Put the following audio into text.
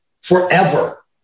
forever